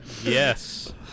yes